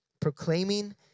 Proclaiming